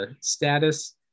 status